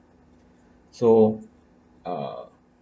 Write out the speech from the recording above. so uh